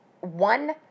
one